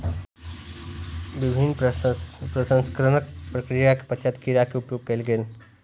विभिन्न प्रसंस्करणक प्रक्रिया के पश्चात कीड़ा के उपयोग कयल गेल